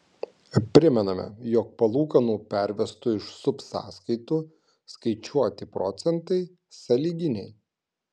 primename jog palūkanų pervestų iš subsąskaitų skaičiuoti procentai sąlyginiai